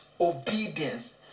obedience